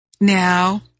Now